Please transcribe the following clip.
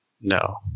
No